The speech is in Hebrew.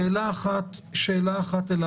שאלה אחת אלייך,